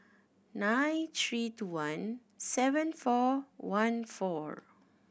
nine three two one seven four one four